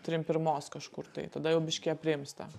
trim pirmos kažkur tai tada jau biškį aprimsta